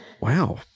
Wow